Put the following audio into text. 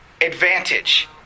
advantage